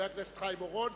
חבר הכנסת חיים אורון.